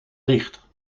dicht